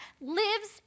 lives